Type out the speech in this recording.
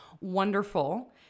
wonderful